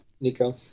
Nico